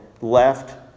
left